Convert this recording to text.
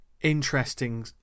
interesting